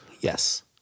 Yes